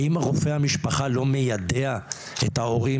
האם רופא המשפחה לא מיידע את ההורים